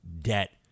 debt